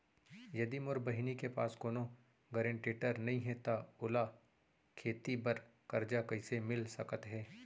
यदि मोर बहिनी के पास कोनो गरेंटेटर नई हे त ओला खेती बर कर्जा कईसे मिल सकत हे?